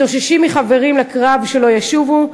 מתאוששים מחברים לקרב שלא ישובו,